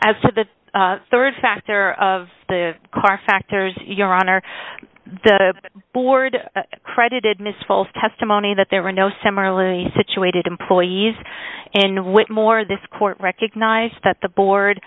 to the rd factor of the car factors your honor the board credited ms false testimony that there were no similarly situated employees in whitmore this court recognize that the board